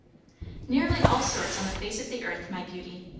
nearly all sorts on the face of the earth, my beauty.